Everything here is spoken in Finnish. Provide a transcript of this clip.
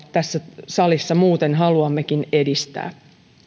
tässä salissa muuten haluammekin oppisopimusta edistää